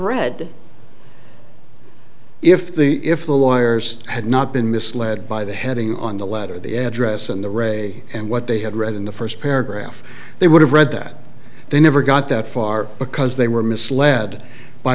read if the if the lawyers had not been misled by the heading on the letter the address and the ray and what they had read in the first paragraph they would have read that they never got that far because they were misled by